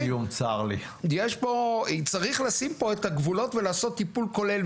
צריך לשים פה את הגבולות ולעשות טיפול כולל,